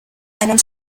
einen